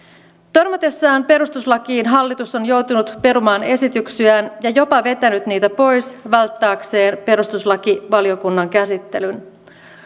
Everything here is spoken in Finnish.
törmätessään perustuslakiin hallitus on joutunut perumaan esityksiään ja jopa vetänyt niitä pois välttääkseen perustuslakivaliokunnan käsittelyn